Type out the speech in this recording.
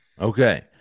Okay